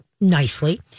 nicely